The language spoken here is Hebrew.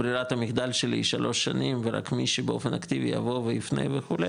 ברירת המחדל שלי שלוש שנים ורק מי שבאופן אקטיבי יבוא וכו',